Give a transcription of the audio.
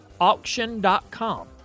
auction.com